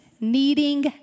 needing